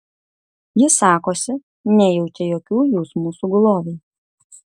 jis sakosi nejaučia jokių jausmų sugulovei